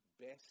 best